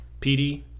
PD